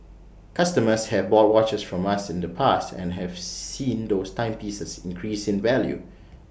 customers have bought watches from us in the past and have seen those timepieces increase in value